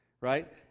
right